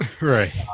Right